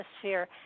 atmosphere